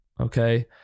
Okay